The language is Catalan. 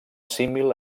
símil